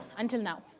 until now.